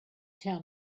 tell